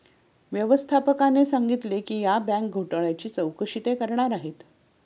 व्यवस्थापकाने सांगितले की या बँक घोटाळ्याची चौकशी ते करणार आहेत